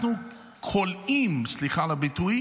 אנחנו כולאים, סליחה על הביטוי,